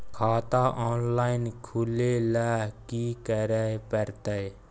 खाता ऑनलाइन खुले ल की करे परतै?